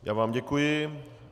Já vám děkuji.